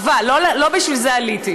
אבל לא בשביל זה עליתי.